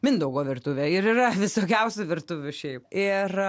mindaugo virtuvė ir yra visokiausių virtuvių šiaip ir